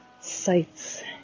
sights